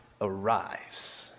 arrives